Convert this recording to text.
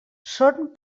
són